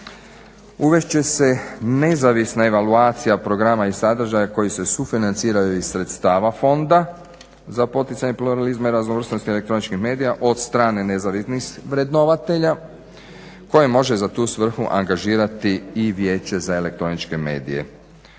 Uvest će se nezavisna evaluacija programa i sadržaja koji se sufinanciraju iz sredstava Fonda za poticanje pluralizma raznovrsnosti elektroničkih medija od strane nezavisnih vrednovatelja koji može za tu svrhu angažirati i viječe za elektroničke medije.